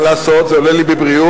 מה לעשות, זה עולה לי בבריאות,